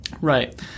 Right